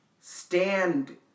stand